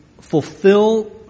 fulfill